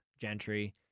Gentry